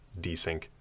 desync